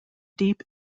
deep